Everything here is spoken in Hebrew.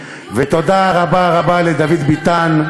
ותודה רבה רבה לדוד ביטן,